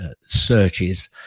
searches